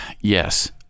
yes